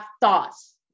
thoughts